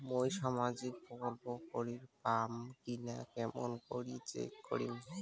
মুই সামাজিক প্রকল্প করির পাম কিনা কেমন করি চেক করিম?